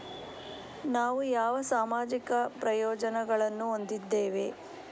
ನಾವು ಯಾವ ಸಾಮಾಜಿಕ ಪ್ರಯೋಜನಗಳನ್ನು ಹೊಂದಿದ್ದೇವೆ?